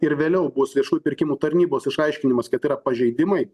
ir vėliau bus viešųjų pirkimų tarnybos išaiškinimas kad yra pažeidimai